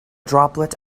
droplet